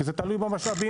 כי זה תלוי במשאבים.